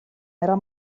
era